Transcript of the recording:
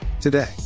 Today